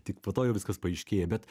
tik po to jau viskas paaiškėja bet